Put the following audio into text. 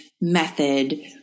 method